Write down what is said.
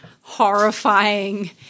horrifying